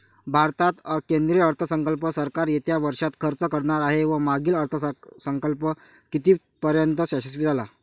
भारतात केंद्रीय अर्थसंकल्प सरकार येत्या वर्षात खर्च करणार आहे व मागील अर्थसंकल्प कितीपर्तयंत यशस्वी झाला